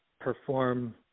perform